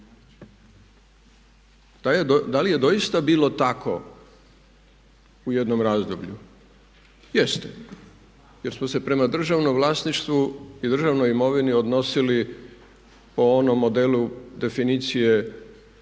Da li je doista bilo tako u jednom razdoblju? Jeste jer smo se prema državnom vlasništvu i državnoj imovini odnosili po onom modelu definicije